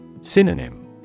Synonym